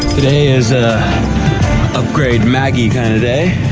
today is a upgrade maggie kind of day.